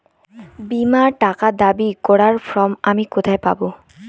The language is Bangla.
বীমার টাকা দাবি করার ফর্ম আমি কোথায় পাব?